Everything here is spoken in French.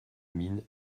mine